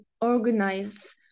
organize